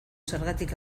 zergatik